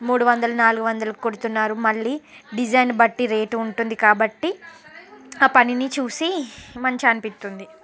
మూడువందలు నాలుగువందలకు కుడుతున్నారు మళ్లీ డిజైన్ బట్టి రేటు ఉంటుంది కాబట్టి ఆ పనిని చూసి మంచనిపిస్తుంది